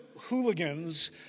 hooligans